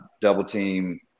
double-team